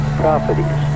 properties